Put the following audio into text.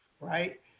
right